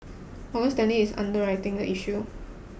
Morgan Stanley is underwriting the issue